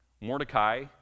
Mordecai